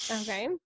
Okay